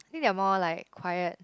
think they are more like quiet